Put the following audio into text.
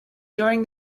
during